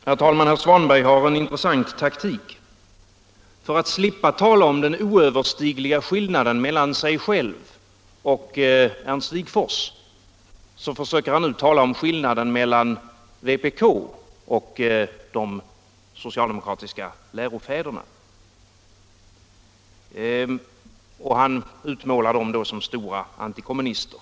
Herr talman! Herr Svanberg har en intressant taktik. För att slippa tala om den oöverstigliga skillnaden mellan sig själv och Ernst Wigforss försöker han tala om skillnaden mellan vänsterpartiet kommunisterna och de socialdemokratiska lärofäderna, och han utmålar dem då som stora antikommunister.